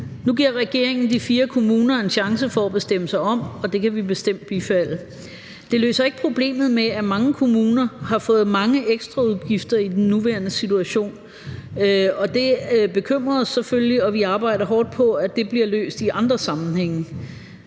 Nu giver regeringen de fire kommuner en chance for at bestemme sig om, og det kan vi bestemt bifalde. Det løser ikke problemet med, at mange kommuner har fået mange ekstraudgifter i den nuværende situation, og det bekymrer os selvfølgelig, og vi arbejder hårdt på, at det bliver løst i andre sammenhænge.